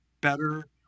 better